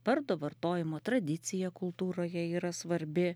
vardo vartojimo tradicija kultūroje yra svarbi